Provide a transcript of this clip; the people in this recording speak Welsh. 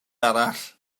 arall